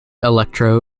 electro